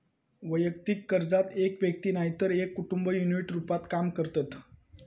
वैयक्तिक कर्जात एक व्यक्ती नायतर एक कुटुंब युनिट रूपात काम करतत